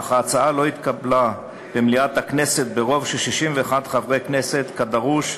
אך ההצעה לא התקבלה במליאת הכנסת ברוב של 61 חברי כנסת כדרוש,